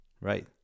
right